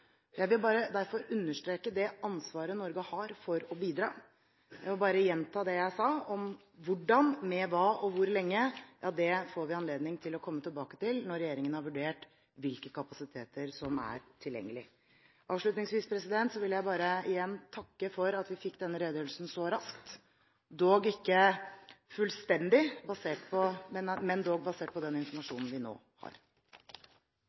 Jeg vil derfor bare understreke det ansvaret Norge har for å bidra. Jeg vil bare gjenta det jeg sa, om at hvordan, med hva og hvor lenge får vi anledning til å komme tilbake til når regjeringen har vurdert hvilke kapasiteter som er tilgjengelige. Avslutningsvis vil jeg bare igjen takke for at vi fikk denne redegjørelsen så raskt, dog ikke fullstendig, men basert på